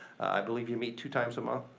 i believe you meet two times um a